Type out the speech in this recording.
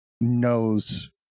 knows